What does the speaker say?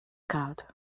card